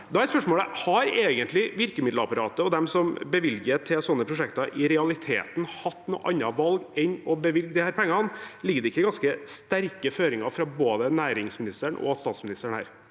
Da er spørsmålet: Har egentlig virkemiddelapparatet og de som bevilger til sånne prosjekter, i realiteten hatt noe annet valg enn å bevilge disse pengene? Ligger det ikke ganske sterke føringer fra både næringsministeren og statsministeren